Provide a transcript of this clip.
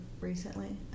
recently